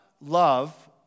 love